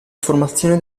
formazione